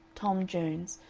tom jones,